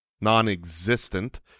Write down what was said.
non-existent